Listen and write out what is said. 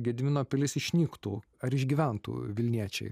gedimino pilis išnyktų ar išgyventų vilniečiai